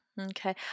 okay